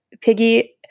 Piggy